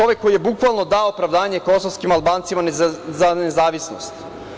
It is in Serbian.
Čovek koji je bukvalno dao opravdanje kosovskim Albancima za nezavisnost.